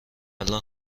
الان